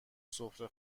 سفره